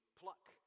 pluck